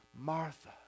Martha